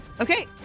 Okay